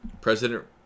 President